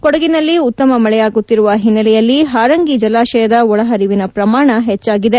ಕೊಡಗಿನಲ್ಲಿ ಉತ್ತಮ ಮಳೆಯಾಗುತ್ತಿರುವ ಹಿನ್ನೆಲೆಯಲ್ಲಿ ಹಾರಂಗಿ ಜಲಾಶಯದ ಒಳಹರಿವಿನ ಪ್ರಮಾಣ ಹೆಚ್ಚಾಗಿದೆ